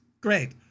Great